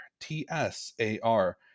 T-S-A-R